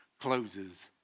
closes